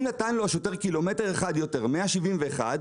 אם נתן לו השוטר ק"מ אחד יותר, 171 קמ"ש,